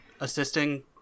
assisting